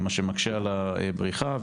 מה שמקשה על הבריחה.